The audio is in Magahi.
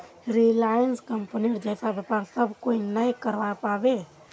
रिलायंस कंपनीर जैसा व्यापार सब कोई नइ करवा पाबे